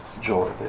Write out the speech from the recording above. joy